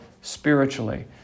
spiritually